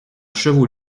chevaux